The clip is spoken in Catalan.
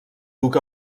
duc